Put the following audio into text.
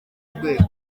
rwego